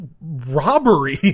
robbery